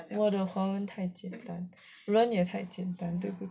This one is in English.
我的华文太简单了人也太简单对不起